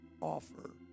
offer